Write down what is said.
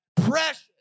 Precious